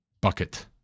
bucket